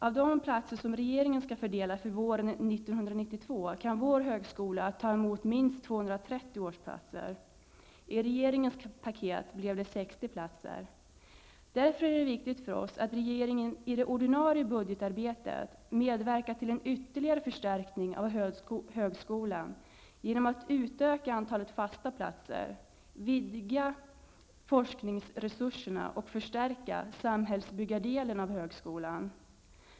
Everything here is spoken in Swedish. Av de högskoleplatser som regeringen skall fördela för våren 1992 kan vår högskola ta emot minst 230 Det är därför viktigt för oss att regeringen i det ordinarie budgetarbetet medverkar till en ytterligare förstärkning av högskolan genom att utöka antalet fasta platser, vidga forskningsresurserna och förstärka samhällsbyggardelen av högskolan.